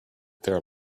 there